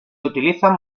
utilizan